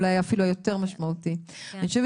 אולי אפילו היותר המשמעותי אני חושבת